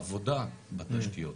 עבודה בתשתיות,